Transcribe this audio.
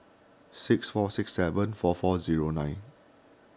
six four six seven four four zero nine